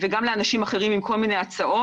וגם לאנשים אחרים עם כל מיני הצעות,